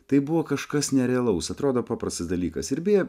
tai buvo kažkas nerealaus atrodo paprastas dalykas ir beje